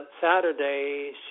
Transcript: Saturday